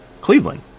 Cleveland